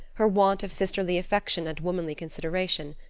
her want of sisterly affection and womanly consideration.